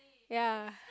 ya